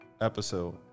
episode